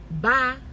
Bye